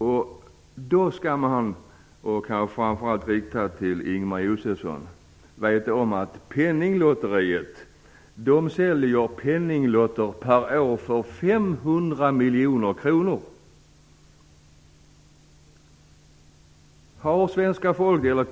Jag riktar mig kanske framför allt till Ingemar Josefsson när jag säger att man skall veta att Penninglotteriet säljer penninglotter för 500 miljoner kronor per år.